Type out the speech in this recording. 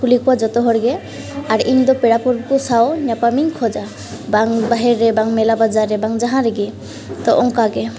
ᱠᱩᱞᱤ ᱠᱚᱣᱟ ᱡᱚᱛᱚ ᱦᱚᱲᱜᱮ ᱟᱨ ᱤᱧᱫᱚ ᱯᱮᱲᱟᱼᱯᱩᱨᱵᱩᱠᱚ ᱥᱟᱶ ᱧᱟᱯᱟᱢᱤᱧ ᱠᱷᱚᱡᱟ ᱵᱟᱝ ᱵᱟᱦᱮᱨ ᱨᱮ ᱵᱟᱝ ᱢᱮᱞᱟ ᱵᱟᱡᱟᱨ ᱨᱮ ᱵᱟᱝ ᱡᱟᱦᱟᱸ ᱨᱮᱜᱮ ᱛᱚ ᱚᱱᱠᱟᱜᱮ